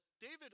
David